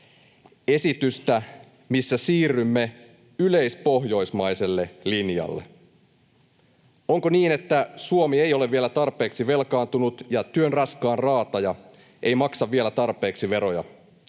esitystä, missä siirrymme yleispohjoismaiselle linjalle. Onko niin, että Suomi ei ole vielä tarpeeksi velkaantunut ja työn raskaan raataja ei maksa vielä tarpeeksi veroja?